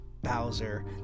bowser